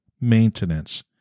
maintenance